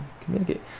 communicate